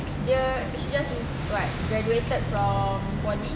dia she just with what just graduated from poly